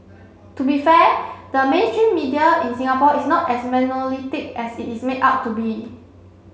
to be fair the mainstream media in Singapore is not as monolithic as it is made out to be